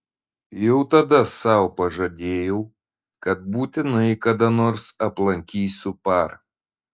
jau tada sau pažadėjau kad būtinai kada nors aplankysiu par